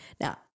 Now